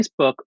Facebook